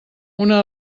una